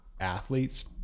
athletes